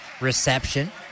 reception